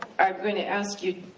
i'm gonna ask you